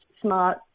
smart